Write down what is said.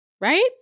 Right